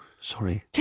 sorry